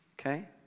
Okay